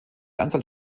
anzahl